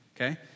okay